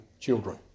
children